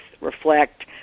reflect